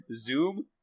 Zoom